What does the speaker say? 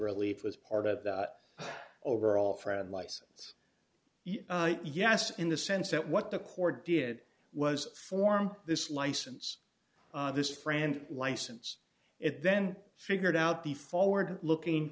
relief was part of the overall fred license yes in the sense that what the court did was form this license this friend license it then figured out the forward looking